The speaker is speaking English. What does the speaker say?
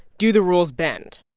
do the rules bend?